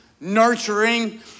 nurturing